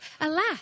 alas